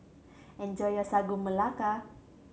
enjoy your Sagu Melaka